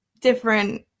different